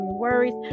worries